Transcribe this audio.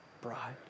bride